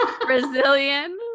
Brazilian